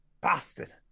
bastard